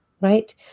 right